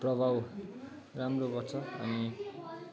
प्रभाव राम्रो गर्छ अनि